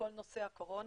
מכל נושא הקורונה.